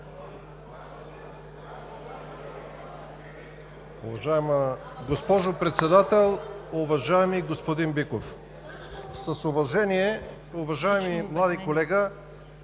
Уважаема госпожо Председател! Уважаеми господин Биков! С уважение, уважаеми млади колега,